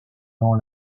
dans